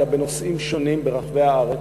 אלא בנושאים שונים ברחבי הארץ,